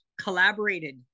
collaborated